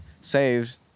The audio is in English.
saved